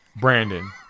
Brandon